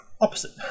opposite